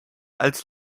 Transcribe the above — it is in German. als